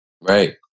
right